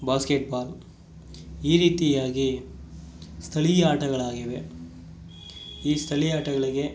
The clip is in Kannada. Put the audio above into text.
ಬಾಸ್ಕೇಟ್ಬಾಲ್ ಈ ರೀತಿಯಾಗಿ ಸ್ಥಳೀಯ ಆಟಗಳಾಗಿವೆ ಈ ಸ್ಥಳೀಯ ಆಟಗಳಿಗೆ